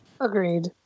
Agreed